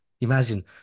imagine